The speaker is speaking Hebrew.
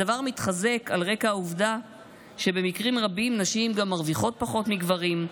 הדבר מתחזק על רקע העובדה שבמקרים רבים נשים גם מרוויחות פחות מגברים,